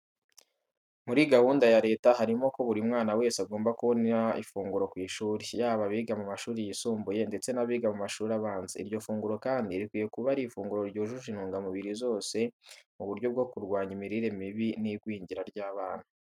Muri gahunda ya leta, harimo ko buri mwana wese agomba kubona ifunguro ku ishuri, yaba abiga mu mashuri yisimbuye ndetse n'abiga mu mashuri abanza. Iryo funguro kandi rikwiye kuba ari ifunguro ryujuje intungamubiri zose mu buryo bwo kurwanya imirire mibi n'igwingira ry'abana.